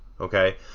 okay